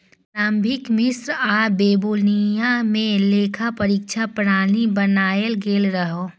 प्रारंभिक मिस्र आ बेबीलोनिया मे लेखा परीक्षा प्रणाली बनाएल गेल रहै